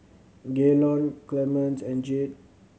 Gaylon Clemence and Jade